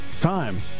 time